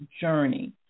journey